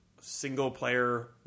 single-player